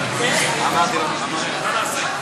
תגמוליהם של נפגעי טרור פלילי לנפגעי טרור לאומני,